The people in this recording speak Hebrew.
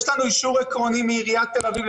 יש לנו אישור עקרוני מעיריית תל אביב,